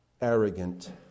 arrogant